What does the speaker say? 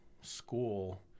school